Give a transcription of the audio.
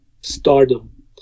stardom